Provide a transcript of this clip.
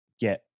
get